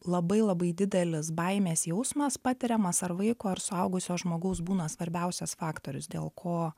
labai labai didelis baimės jausmas patiriamas ar vaiko ar suaugusio žmogaus būna svarbiausias faktorius dėl ko